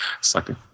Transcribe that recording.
sucking